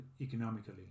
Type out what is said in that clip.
economically